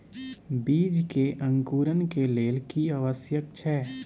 बीज के अंकुरण के लेल की आवश्यक छै?